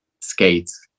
skates